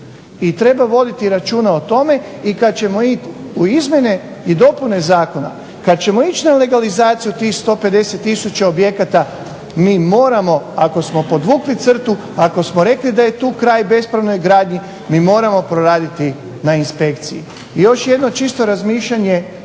i treba voditi računa o tome i kad ćemo ići u izmjene i dopune zakona, kad ćemo ići na legalizaciju tih 150 tisuća objekata, mi moramo ako smo podvukli crtu, ako smo rekli da je tu kraj bespravnoj gradnji, mi moramo poraditi na inspekciji. I još jedno čisto razmišljanje koje